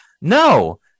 No